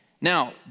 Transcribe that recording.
Now